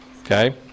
okay